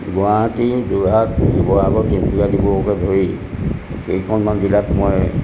গুৱাহাটী যোৰহাট শিৱসাগৰ তিনিচুকীয়া ডিব্ৰুগড়কে ধৰি কেইখনমান জিলাত মই